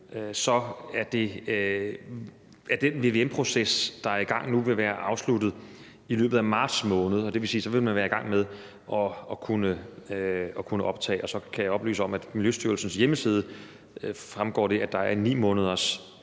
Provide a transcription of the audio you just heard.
vil den vvm-proces, der er i gang nu, være afsluttet i løbet af marts måned, og det vil sige, at så vil man være i gang med at kunne genoptage det. Og så kan jeg oplyse om, at det af Miljøstyrelsens hjemmeside fremgår, at der normalt er 9 måneders